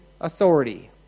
authority